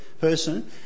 person